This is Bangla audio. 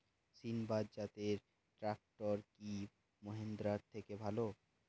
সিণবাদ জাতের ট্রাকটার কি মহিন্দ্রার থেকে ভালো?